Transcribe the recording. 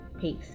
Peace